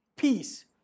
peace